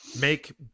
make